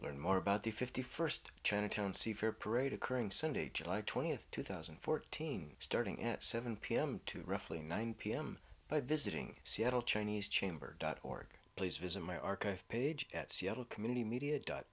learn more about the fifty first chinatown see for parade occurring sunday july twentieth two thousand and fourteen starting at seven pm to roughly nine pm by visiting seattle chinese chamber dot org please visit my archive page at seattle community media dot